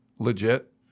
Legit